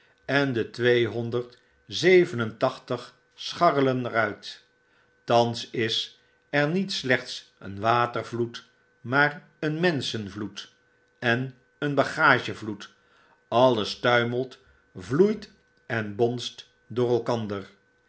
en de tweehonderd zeven en tachtig scharrelen er uit thans iser niet slechts een watervloed maar een menschenvloed en een bagagevloed alles tuimelt vloeit en bonst door elkander